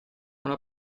una